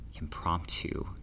impromptu